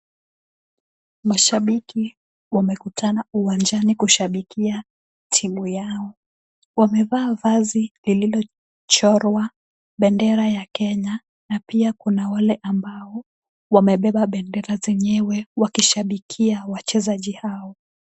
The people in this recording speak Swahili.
Mashabiki wamekutana uwanjani kushabikia timu yao. Wamevaa vazi lililochorwa bendera ya Kenya na pia kuna wale ambao wamebeba bendera zenyewe wakishabikia wachezaji hao.